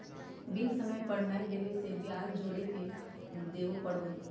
bill समय पर नयय देबे से ब्याज जोर के देबे पड़ो हइ